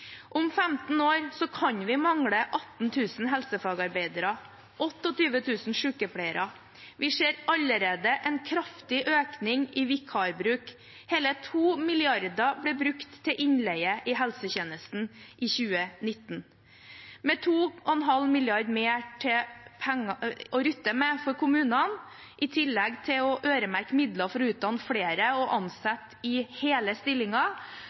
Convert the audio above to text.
Om 15 år kan vi mangle 18 000 helsefagarbeidere og 28 000 sykepleiere. Vi ser allerede en kraftig økning i vikarbruk. Hele 2 mrd. kr ble brukt til innleie i helsetjenesten i 2019. Med 2,5 mrd. kr mer å rutte med for kommunene, i tillegg til øremerkede midler til å utdanne flere og ansette dem i hele